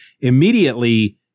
immediately